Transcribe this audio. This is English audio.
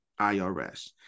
IRS